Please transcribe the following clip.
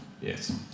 Yes